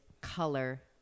color